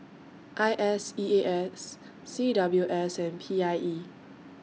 I S E A S C W S and P I E